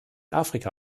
afrika